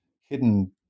hidden